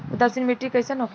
उदासीन मिट्टी कईसन होखेला?